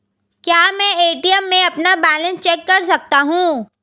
क्या मैं ए.टी.एम में अपना बैलेंस चेक कर सकता हूँ?